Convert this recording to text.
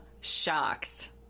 shocked